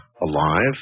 alive